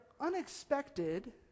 unexpected